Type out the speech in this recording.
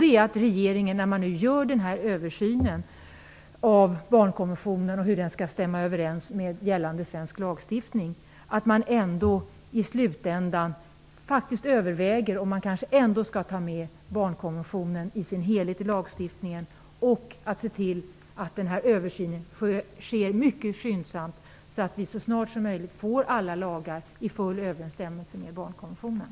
Det är att regeringen när man gör denna översyn av barnkonventionen och hur den skall stämma överens med gällande svensk lagstiftning, i slutänden överväger om man kanske ändå skall ta med barnkonventionen i dess helhet i lagstiftningen och se till att översynen sker mycket skyndsamt, så att vi så snart som möjligt får alla lagar i full överensstämmelse med barnkonventionen.